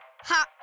Ha